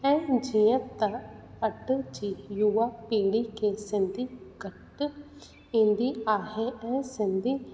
ऐं जीअं त अॼ जी युवा पीढ़ी खे सिंधी घटि ईंदी आहे ऐं सिंधी